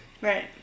Right